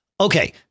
okay